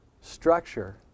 structure